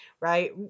right